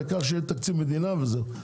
העיקר שיהיה תקציב מדינה וזהו.